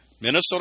Minnesota